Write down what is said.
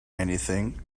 anything